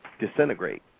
disintegrate